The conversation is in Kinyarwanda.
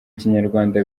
kinyarwanda